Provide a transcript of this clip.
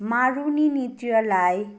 मारुनी नृत्यलाई